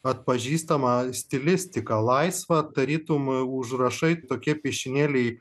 atpažįstamą stilistiką laisvą tarytum užrašai tokie piešinėliai